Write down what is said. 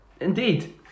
Indeed